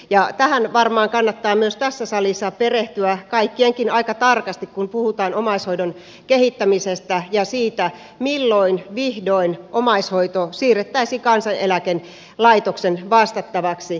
ja tähän varmaan kannattaa myös tässä salissa perehtyä kaikkienkin aika tarkasti kun puhutaan omaishoidon kehittämisestä ja siitä milloin vihdoin omaishoito siirrettäisiin kansaneläkelaitoksen vastattavaksi